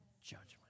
judgment